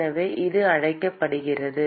எனவே இது அழைக்கப்படுகிறது